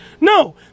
No